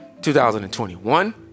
2021